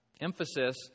emphasis